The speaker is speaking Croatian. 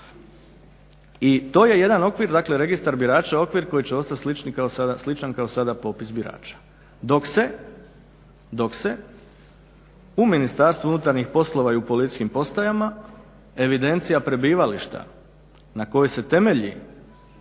I to je jedan okvir, dakle registar birača, okvir koji će ostati slični kao, sličan kao sada popis birača. Dok se, u Ministarstvu unutarnjih poslova i u policijskim postajama evidencija prebivališta na kojoj se temelji